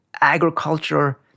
agriculture